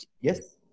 Yes